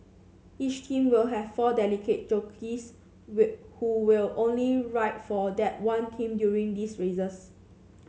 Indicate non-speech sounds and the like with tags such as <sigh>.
each team will have four dedicated jockeys <unintelligible> who will only ride for that one team during these races